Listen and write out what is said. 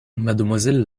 mademoiselle